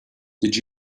did